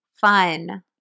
Fun